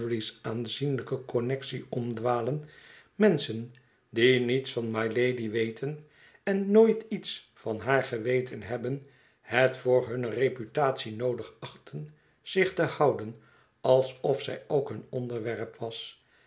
aanzienlijke connectie omdwalen menschen die niets van mylady weten en nooit iets van haar geweten hebben het voor hunne reputatie noodig achten zich te houden alsof zij ook hun onderwerp was